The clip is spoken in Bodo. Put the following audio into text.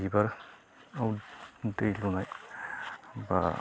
बिबाराव दै लुनाय बा